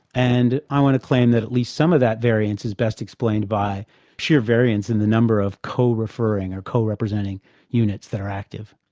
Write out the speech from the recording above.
and i want to claim that at least some of that variance is best explained by sheer variance in the number of co-referring or co-representing units that are active.